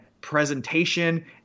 presentation